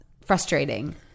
frustrating